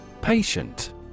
Patient